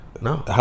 No